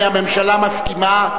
הממשלה מסכימה,